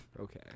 okay